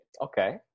Okay